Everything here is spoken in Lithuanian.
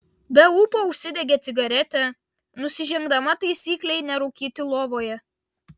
be ūpo užsidegė cigaretę nusižengdama taisyklei nerūkyti lovoje